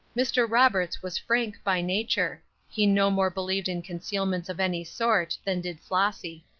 mr. roberts was frank by nature he no more believed in concealments of any sort, than did flossy.